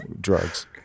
Drugs